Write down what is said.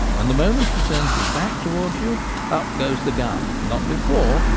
and the moment he turns his back towards you up goes the gun not before,